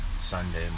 Sunday